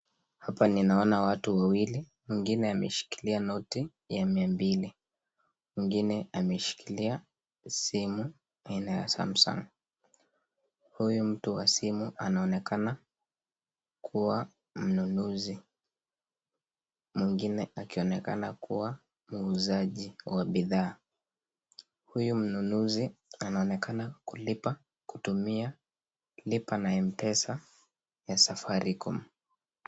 Hapa ninaona watu wawili. Mwingine ameshikilia noti ya mia mbili, mwingine ameshikilia simu aina ya Sumsang. Huyu mtu wa simu anaonekana kuwa mnunuzi, mwingine akionekana kuwa muuzaji wa bidhaa. Huyu mnunuzi anaonekana kulipa kutumia lipa na mpesa ya safaricom.